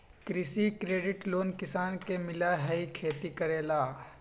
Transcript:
कृषि credit loan किसान के मिलहई खेती करेला?